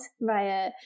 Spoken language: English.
via